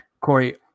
Corey